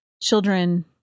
children